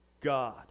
God